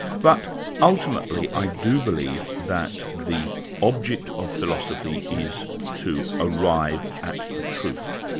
but ultimately i do believe that the object of philosophy is to arrive at the truth.